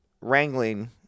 wrangling